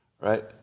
right